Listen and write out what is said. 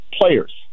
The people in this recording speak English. players